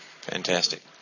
Fantastic